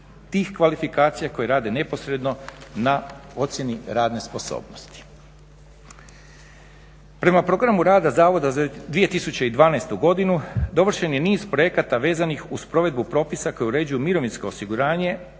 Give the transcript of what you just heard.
tih kvalifikacija koje rade neposredno na ocjeni radne sposobnosti. Prema programu rada zavoda za 2012. godinu, dovršen je niz projekata vezanih uz provedbu propisa koji uređuju mirovinsko osiguranje